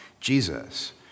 Jesus